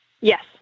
Yes